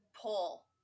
pull